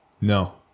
No